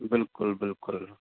बिल्कुलु बिल्कुलु